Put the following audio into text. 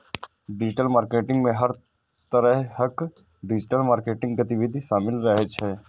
digital marketing मे हर तरहक डिजिटल मार्केटिंग गतिविधि शामिल रहै छै